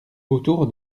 autour